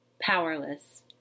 Powerless